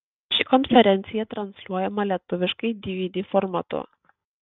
ši konferencija transliuojama lietuviškai dvd formatu